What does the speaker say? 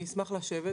אשמח להיפגש איתו.